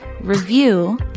review